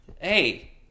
Hey